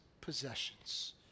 possessions